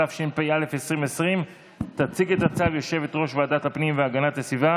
התשפ"א 2020. תציג את הצו יושבת-ראש ועדת הפנים והגנת הסביבה